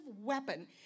weapon